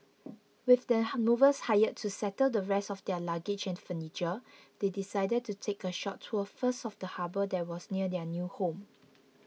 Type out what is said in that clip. with the movers hired to settle the rest of their luggage and furniture they decided to take a short tour first of the harbour that was near their new home